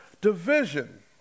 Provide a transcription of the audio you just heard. division